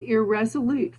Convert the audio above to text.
irresolute